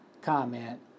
comment